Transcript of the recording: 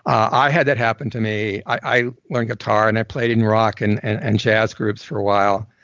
i had that happen to me. i learned guitar and i played in rock and and and jazz groups for a while,